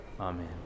Amen